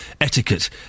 etiquette